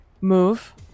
move